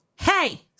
hey